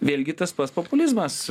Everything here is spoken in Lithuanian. vėlgi tas pats populizmas